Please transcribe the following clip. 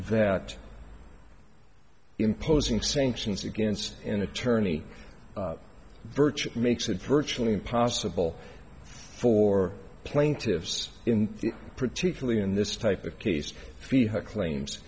that imposing sanctions against an attorney burch makes it virtually impossible for plaintiffs in particularly in this type of case fee her claims